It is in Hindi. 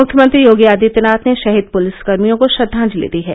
मुख्यमंत्री योगी आदित्यनाथ ने शहीद पुलिसकर्मियों को श्रद्वांजलि दी है